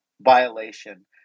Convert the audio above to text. violation